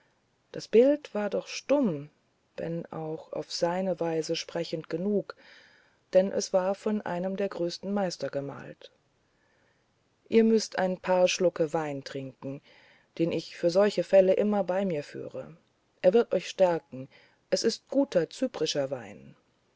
das bild war doch stumm wenn auch auf seine weise sprechend genug denn es war von einem der größten meister gemalt ihr müßt ein paar schlucke von dem weine trinken den ich für solche fälle immer bei mir führe er wird euch stärken es ist guter cyprischer wein